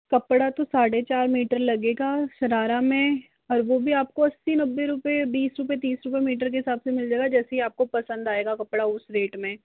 कपड़ा तो साढ़े चार मीटर लगेगा शरारा में और वो भी आपको अस्सी नब्बे रूपए बीस रूपए तीस रूपए मीटर के हिसाब से मिल जाएगा जैसे आपको पसंद आएगा कपड़ा उस रेट में